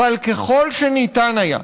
אבל ככל שניתן היה,